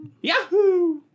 Yahoo